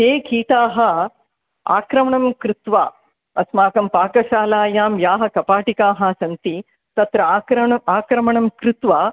ते कीटाः आक्रमणं कृत्वा अस्माकं पाकशालायां याः कपाटिकाः सन्ति तत्र आक्रमणम् आक्रमणं कृत्वा